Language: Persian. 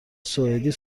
سوئدی